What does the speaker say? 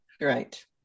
Right